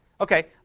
Okay